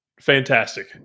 fantastic